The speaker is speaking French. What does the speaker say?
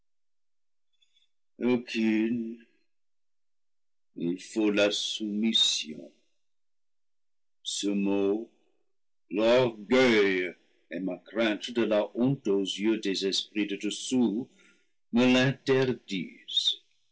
la soumission ce mot l'orgueil et ma crainte de la honte aux yeux des esprits de dessous me l'interdisent